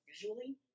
visually